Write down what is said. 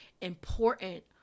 important